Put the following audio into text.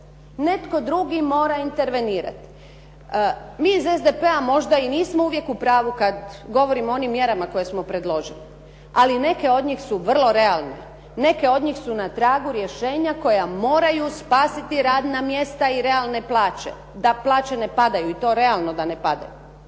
Netko drugi mora intervenirati. Mi iz SDP-a možda i nismo uvijek u pravu kada govorimo o onim mjerama koje smo predložili. Ali neke od njih su vrlo realne, neke od njih su na tragu rješenja koja moraju spasiti radna mjesta i realne plaće, da plaće ne padaju i to realno da ne padaju.